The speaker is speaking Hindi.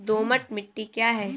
दोमट मिट्टी क्या है?